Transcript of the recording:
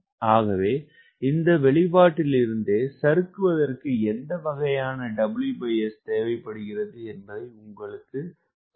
ஆகவே இந்த வெளிப்பாட்டிலிருந்தே சறுக்குவதற்கு என்ன வகையான WS தேவைப்படுகிறது என்பதை இது உங்களுக்குத் தரும்